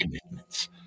commitments